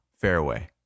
Fairway